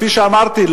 כפי שאמרתי,